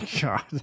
God